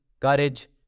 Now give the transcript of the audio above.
courage